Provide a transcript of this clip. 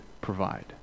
provide